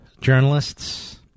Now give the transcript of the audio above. journalists